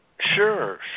Sure